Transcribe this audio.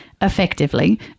effectively